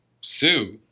Sue